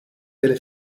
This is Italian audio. delle